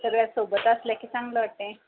सगळ्या सोबत असल्या की चांगलं वाटते